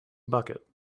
bucket